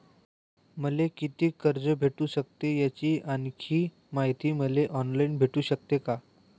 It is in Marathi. मले कितीक कर्ज भेटू सकते, याची आणखीन मायती मले ऑनलाईन भेटू सकते का?